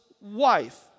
wife